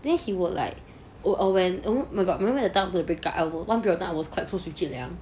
then he would like oh um when oh my god remember the time we break up at one period of time I was quite close to 俊梁